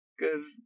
cause